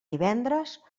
divendres